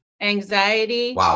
anxiety